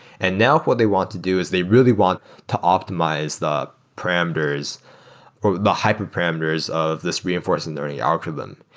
and now what they want to do is they really want to optimize the parameters or the hyperparameters of this reinforcing learning algorithm.